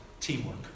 teamwork